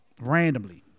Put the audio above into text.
randomly